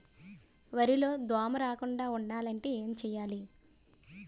వరిలో దోమ రాకుండ ఉండాలంటే ఏంటి చేయాలి?